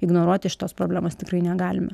ignoruoti šitos problemos tikrai negalime